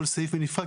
בנפרד?